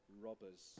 robbers